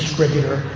distributor,